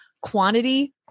quantity